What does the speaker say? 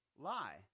lie